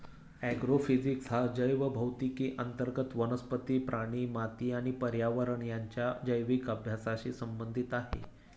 agrophysics हा जैवभौतिकी अंतर्गत वनस्पती, प्राणी, माती आणि पर्यावरण यांच्या जैविक अभ्यासाशी संबंधित आहे